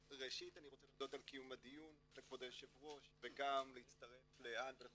ראשית אני רוצה להודות על קיום הדיון לכבוד היושב ראש וגם להצטרף לכל